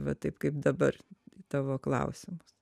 va taip kaip dabar į tavo klausimus